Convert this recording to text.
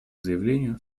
заявлению